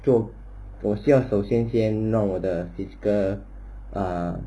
做我需要首先先让我的 physical err